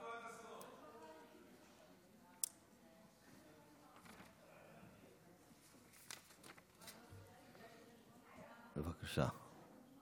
בבקשה.